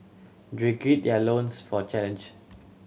they gird their loins for challenge